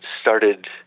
started